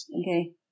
Okay